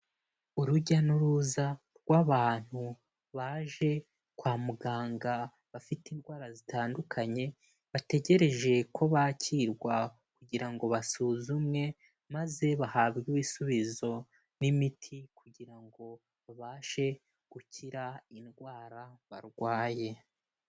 Urujya n'uruza rw'abantu baje kwa muganga bafite indwara zitandukanye, bategereje ko bakirwa kugira ngo basuzumwe maze bahabwe ibisubizo n'imiti kugira ngo babashe gukira indwara barwaye.